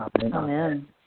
Amen